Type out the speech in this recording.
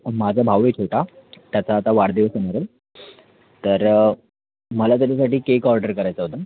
माझं भाऊ एक होता त्याचा आता वाढदिवस आहे म्हणून तर मला त्याच्यासाठी केक ऑर्डर करायचा होता